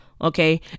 Okay